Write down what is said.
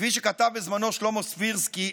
כפי שכתב בזמנו שלמה סבירסקי,